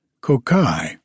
Kokai